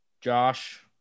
Josh